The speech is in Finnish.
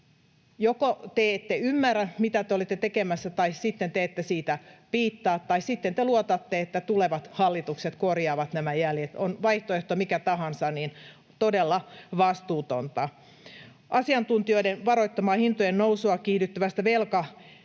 Joko te ette ymmärrä, mitä te olette tekemässä, tai sitten te ette siitä piittaa, tai sitten te luotatte, että tulevat hallitukset korjaavat nämä jäljet. On vaihtoehto mikä tahansa, niin todella vastuutonta. Asiantuntijoiden varoittamaa hintojen nousua kiihdyttävää